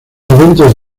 eventos